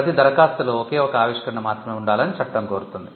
ప్రతి దరఖాస్తులో ఒకే ఒక ఆవిష్కరణ మాత్రమే ఉండాలని చట్టం కోరుతోంది